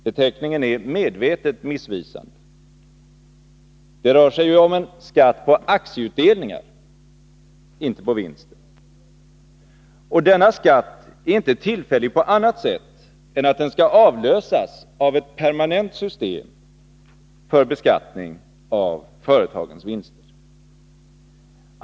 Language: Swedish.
Beteckningen är medvetet missvisande. Det rör sig ju om en skatt på aktieutdelningar, inte på vinsten. Och denna skatt är inte tillfällig på annat sätt än att den skall avlösas av ett permanent system för beskattning av företagens vinster.